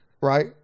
right